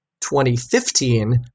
2015